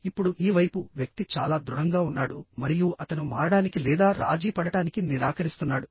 ఇప్పుడు ఈ వైపు వ్యక్తి చాలా దృఢంగా ఉన్నాడు మరియు అతను మారడానికి లేదా రాజీ పడటానికి నిరాకరిస్తున్నాడు